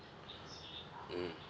mm